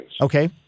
Okay